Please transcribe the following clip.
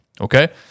okay